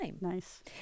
Nice